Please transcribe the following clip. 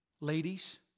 Ladies